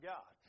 God